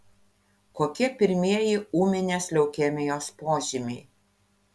kokie pirmieji ūminės leukemijos požymiai